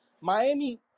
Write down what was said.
Miami